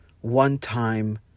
one-time